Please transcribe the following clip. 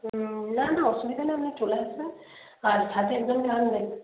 না না অসুবিধা নেই আপনি চলে আসবেন আর সাথে একজনকে আনবেন